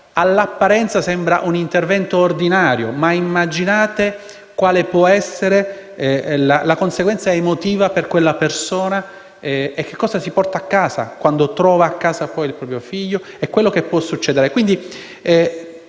All'apparenza sembra un intervento ordinario, ma immaginate quale può essere la conseguenza emotiva per quella persona e cosa si porta a casa, dove poi trova suo figlio, e cosa può succedere.